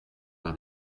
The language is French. par